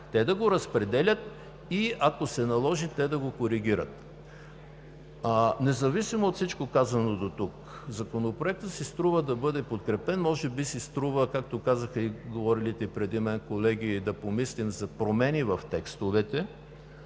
да го разпределят и, ако се наложи, да го коригират. Независимо от всичко казано дотук, Законопроектът си струва да бъде подкрепен. Може би си струва, както казаха и говорилите преди мен колеги, да помислим за промени в текстовете,